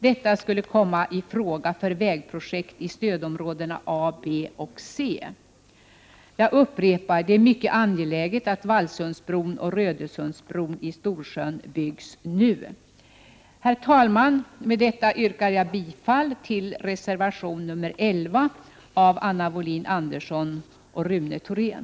Detta skulle komma i fråga för vägprojekt i stödområdena A, B och C. Jag 93 Prot. 1988/89:107 upprepar att det är mycket angeläget att Vallsundsbron och Rödösundsbron i Storsjön byggs nu. Herr talman! Med detta yrkar jag bifall till reservation 11 av Anna Wohlin-Andersson och Rune Thorén.